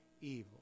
evil